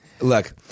Look